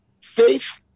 faith